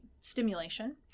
stimulation